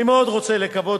אני מאוד רוצה לקוות,